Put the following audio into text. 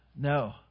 no